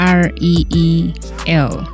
r-e-e-l